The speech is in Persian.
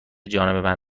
جانب